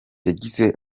yagize